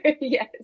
Yes